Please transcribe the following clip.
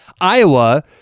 Iowa